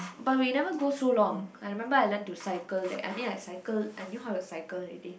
but we never go so long I remember I learn to cycle there I mean I cycle I knew how to cycle already